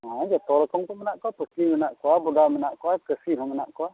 ᱦᱮᱸ ᱡᱚᱛᱚ ᱨᱚᱠᱚᱢ ᱠᱚ ᱢᱮᱱᱟᱜ ᱠᱚᱣᱟ ᱯᱟᱹᱴᱷᱤ ᱢᱮᱱᱟᱜ ᱠᱚᱣᱟ ᱵᱚᱫᱟ ᱢᱮᱱᱟᱜ ᱠᱚᱣᱟ ᱠᱟᱹᱥᱤ ᱦᱚᱸ ᱢᱮᱱᱟᱜ ᱠᱚᱣᱟ